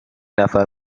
نفر